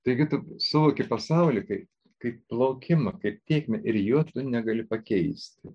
taigi tu suvoki pasaulį kaip kaip plaukimą kaip tėkmę ir jo tu negali pakeisti